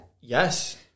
Yes